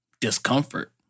discomfort